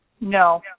No